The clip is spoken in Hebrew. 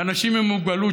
לאנשים עם מוגבלות,